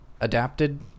adapted